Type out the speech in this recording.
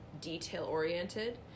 detail-oriented